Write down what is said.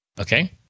Okay